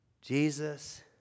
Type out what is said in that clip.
Jesus